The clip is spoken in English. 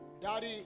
Daddy